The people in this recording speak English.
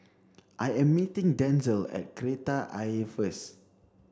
I am meeting Denzell at Kreta Ayer first